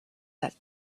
that